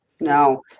No